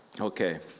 Okay